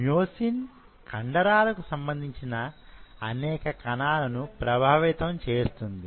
myosin కండరాలకు సంబంధించిన అనేక కణాలను ప్రభావితం చేస్తుంది